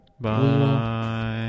Bye